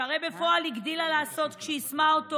הרי בפועל הגדילה לעשות כשיישמה אותו